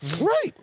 Right